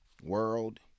world